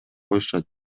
коюшат